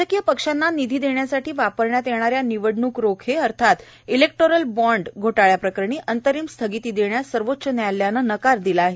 राजकीय पक्षांना निधी देण्यासाठी वापरण्यात येणाऱ्या निवडण्क रोखे अर्थात इलेक्टोरल बॉन्ड घोटाळ्या प्रकरणी अंतरीम स्थगिती देण्यास सर्वोच्च न्यायालयानं नकार दिला आहे